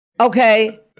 okay